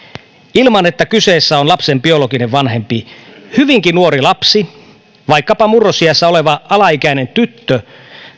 ilman että kyseessä on lapsen biologinen vanhempi hyvinkin nuori lapsi vaikkapa murrosiässä oleva alaikäinen tyttö